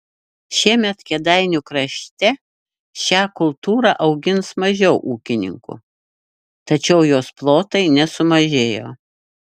šiemet kėdainių krašte šią kultūrą augins mažiau ūkininkų tačiau jos plotai nesumažėjo